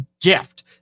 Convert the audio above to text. gift